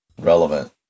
relevant